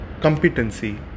competency